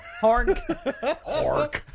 Hork